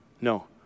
No